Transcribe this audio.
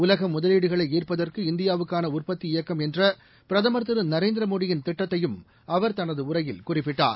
உலகமுதலீடுகளைஈர்ப்பதற்கு இந்தியாவுக்கானஉற்பத்தி இயக்கம் என்றபிரதமர் திரு நரேந்திரமோடியின் திட்டத்தையும் அவர் தனதுஉரையில் குறிப்பிட்டார்